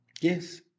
Yes